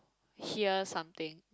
hear something